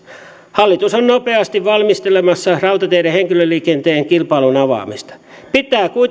hallitus on nopeasti valmistelemassa rautateiden henkilöliikenteen kilpailun avaamista pitää kuitenkin